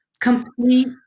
complete